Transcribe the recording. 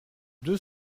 deux